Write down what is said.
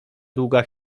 długa